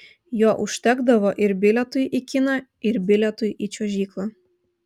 jo užtekdavo ir bilietui į kiną ir bilietui į čiuožyklą